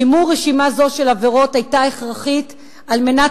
שימור רשימה זו של עבירות היה הכרחי על מנת